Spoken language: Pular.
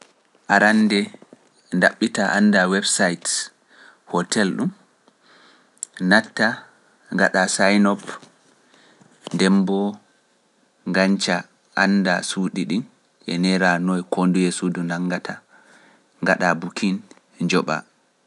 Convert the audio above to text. Araande ndaɓɓitaa anndaa web site hotel ɗum, natta ngaɗa Saynop, Demmboo nganca anndaa suuɗi ɗi, yeniraa noye konduye suudu nanngata, ngaɗa bukiin, njoɓaa.